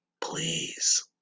Please